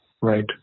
Right